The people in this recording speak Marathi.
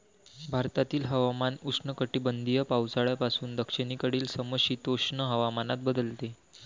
भारतातील हवामान उष्णकटिबंधीय पावसाळ्यापासून दक्षिणेकडील समशीतोष्ण हवामानात बदलते